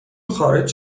خارج